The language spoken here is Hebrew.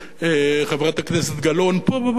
חברת הכנסת גלאון, פה בבית,